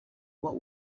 what